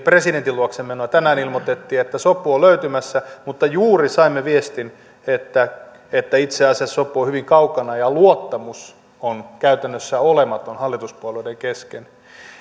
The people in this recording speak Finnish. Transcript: presidentin luokse menoa ja tänään ilmoitettiin että sopu on löytymässä mutta juuri saimme viestin että että itse asiassa sopu on hyvin kaukana ja luottamus on käytännössä olematon hallituspuolueiden kesken